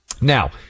Now